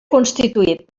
constituït